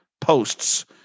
posts